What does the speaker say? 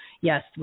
yes